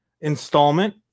installment